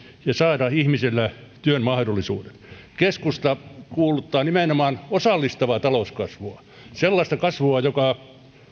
ja saada ihmisille työn mahdollisuudet keskusta kuuluttaa nimenomaan osallistavaa talouskasvua sellaista kasvua joka